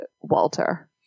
Walter